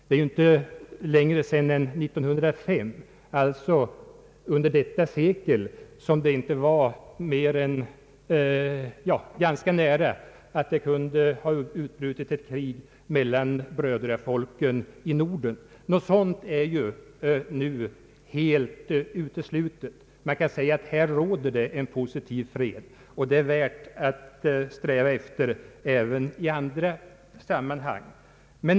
För inte längre sedan än 1905, alltså under detta sekel, var det ganska nära att krig kunde ha utbrutit mellan brödrafolken i Norden. Något sådant är dess bättre nu helt uteslutet. Man kan säga att här råder en positiv fred, och det är värt att sträva efter även i andra sammanhang.